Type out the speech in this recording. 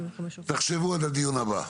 תחשבו עד הדיון הבא.